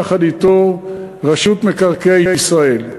יחד אתו רשות מקרקעי ישראל,